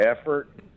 effort